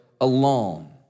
alone